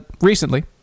recently